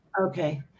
Okay